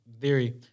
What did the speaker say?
theory